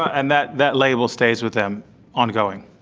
and that that label stays with them ongoing.